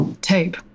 tape